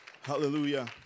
Hallelujah